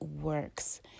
works